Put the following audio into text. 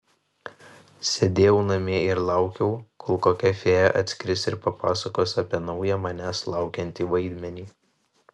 sėdėjau namie ir laukiau kol kokia fėja atskris ir papasakos apie naują manęs laukiantį vaidmenį